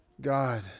God